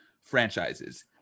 franchises